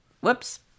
whoops